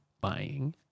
buying